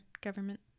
government